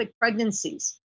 pregnancies